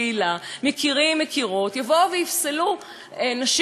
יבואו ויפסלו נשים שהן חלק מהקהילה.